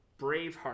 Braveheart